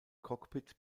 cockpit